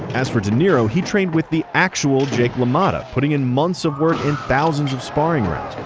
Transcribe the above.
as for de niro, he trained with the actual jake lamotta. putting in months of work and thousands of sparring rounds.